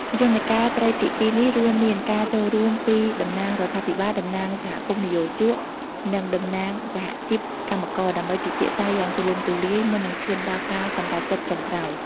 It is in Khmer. យន្តការត្រីភាគីនេះរួមមានការចូលរួមពីតំណាងរដ្ឋាភិបាល តំណាងសមាគមនិយោជក និងតំណាងសហជីពកម្មករ ដើម្បីពិភាក្សាយ៉ាងទូលំទូលាយមុននឹងឈានដល់ការសម្រេចចិត្តចុងក្រោយ។